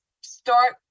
start